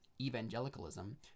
evangelicalism